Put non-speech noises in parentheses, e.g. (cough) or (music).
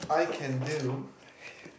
I can do (laughs)